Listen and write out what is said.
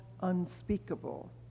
unspeakable